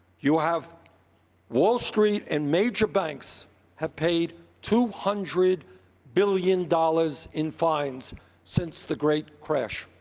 you have wall street and major banks have paid two hundred billion dollars in fines since the great crash.